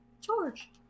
George